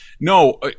No